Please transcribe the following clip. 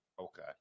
Okay